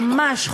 ממש,